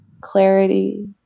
clarity